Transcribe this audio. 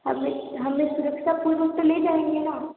हमें हमें सुरक्षापूर्वक तो ले जाएंगे ना